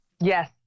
Yes